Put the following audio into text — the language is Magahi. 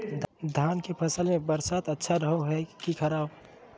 धान के फसल में बरसात अच्छा रहो है कि खराब?